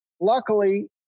Luckily